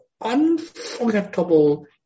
unforgettable